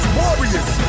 warriors